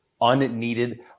unneeded